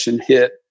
hit